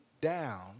down